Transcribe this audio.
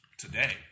Today